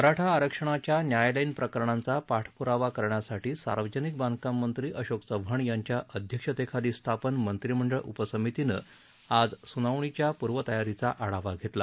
मराठा आरक्षणाच्या न्यायालयीन प्रकरणांचा पाठप्रावा करण्यासाठी सार्वजनिक बांधकाम मंत्री अशोक चव्हाण यांच्या अध्यक्षतेखाली स्थापन मंत्रीमंडळ उपसमितीनं आज सुनावणीच्या पूर्वतयारीचा आढावा घेतला